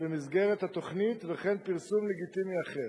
במסגרת התוכנית, וכן פרסום לגיטימי אחר.